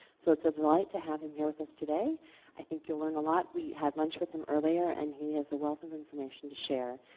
so it's a delight to have him here with us today i think you'll learn a lot, we had lunch with him earlier and he has a wealth of information to share.